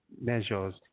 measures